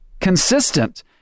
consistent